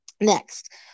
Next